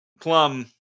plum